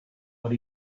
what